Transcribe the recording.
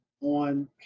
on